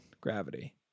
Gravity